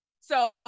So-